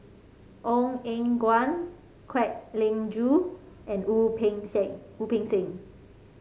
Ong Eng Guan Kwek Leng Joo and Wu Peng Seng Wu Peng Seng